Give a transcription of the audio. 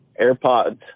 AirPods